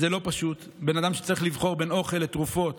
זה לא פשוט לבן אדם שצריך לבחור בין אוכל לתרופות,